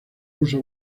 puso